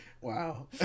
Wow